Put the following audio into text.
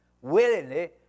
Willingly